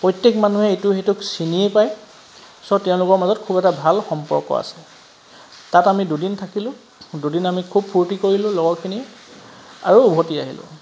প্ৰত্যেক মানুহে ইটোৱে সিটোক চিনিয়ে পায় চ' তেওঁলোকৰ মাজত খুব এটা ভাল সম্পৰ্ক আছে তাত আমি দুদিন থাকিলোঁ দুদিন আমি খুব ফুৰ্তি কৰিলোঁ লগৰখিনিয়ে আৰু উভতি আহিলোঁ